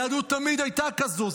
היהדות תמיד הייתה כזאת,